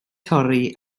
torri